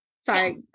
Sorry